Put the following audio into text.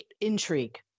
intrigue